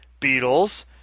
Beatles